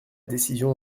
décision